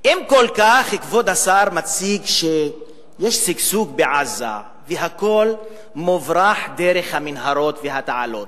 אם כבוד השר מציג שיש שגשוג בעזה והכול מוברח דרך המנהרות והתעלות,